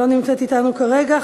לא נמצאת אתנו כרגע.